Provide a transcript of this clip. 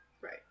Right